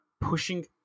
pushing